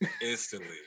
Instantly